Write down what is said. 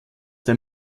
der